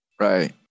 Right